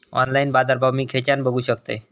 Online बाजारभाव मी खेच्यान बघू शकतय?